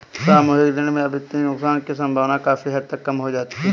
सामूहिक ऋण में वित्तीय नुकसान की सम्भावना काफी हद तक कम हो जाती है